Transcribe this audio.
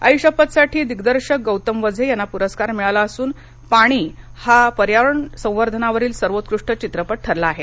आई शप्पथसाठी दिग्दर्शक गौतम वझे यांना पुरस्कार मिळाला आहे तर पाणी हा पर्यावरण संवर्धनावरील सर्वोत्कृष्ट चित्रपट ठरला आहे